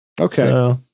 okay